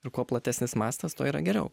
ir kuo platesnis mastas tuo yra geriau